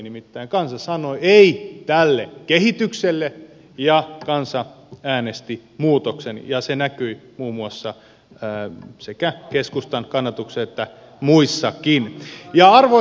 nimittäin kansa sanoi ei tälle kehitykselle ja kansa äänesti muutoksen ja se näkyi muun muassa sekä keskustan kannatuksessa että muissakin